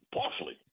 partially